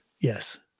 Yes